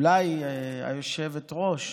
היושבת-ראש,